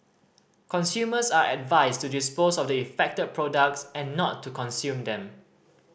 consumers are advised to dispose of the affected products and not to consume them